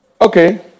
Okay